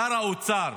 שר האוצר,